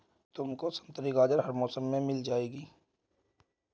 तुमको संतरी गाजर हर मौसम में मिल जाएगी